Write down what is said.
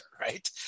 right